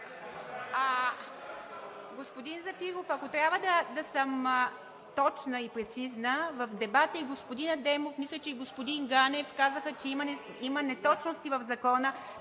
Господин Зафиров, ако трябва да съм точна и прецизна, в дебата и господин Адемов, мисля и господин Ганев казаха, че има неточности в Закона.